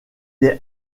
est